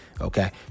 Okay